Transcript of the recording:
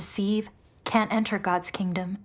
deceive can't enter god's kingdom